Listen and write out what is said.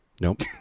Nope